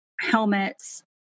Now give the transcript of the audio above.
helmets